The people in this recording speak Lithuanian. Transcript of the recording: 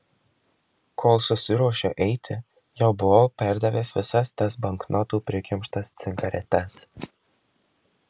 kol susiruošiu eiti jau buvau perdavęs visas tas banknotų prikimštas cigaretes